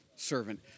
servant